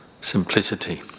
simplicity